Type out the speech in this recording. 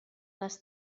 les